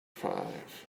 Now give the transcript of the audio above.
five